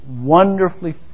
wonderfully